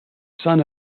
son